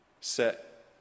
set